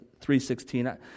3.16